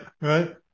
right